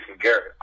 Garrett